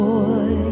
Boy